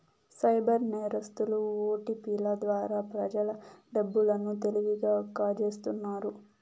cyber నేరస్తులు ఓటిపిల ద్వారా ప్రజల డబ్బు లను తెలివిగా కాజేస్తున్నారు